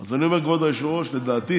אז אני אומר, כבוד היושב-ראש, לדעתי